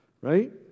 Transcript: right